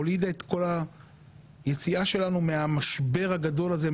הוציאה את היציאה שלנו מהמשבר הגדול הזה,